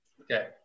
Okay